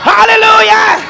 Hallelujah